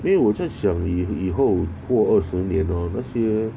没有我在想以以后过二十年 hor 那些